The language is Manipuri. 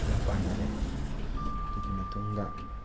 ꯌꯨꯝ ꯄꯥꯟꯅꯔꯦ ꯑꯗꯨꯒꯤ ꯃꯇꯨꯡꯗ